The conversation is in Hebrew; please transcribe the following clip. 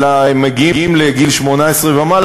אלא הם מגיעים לגיל 18 ומעלה,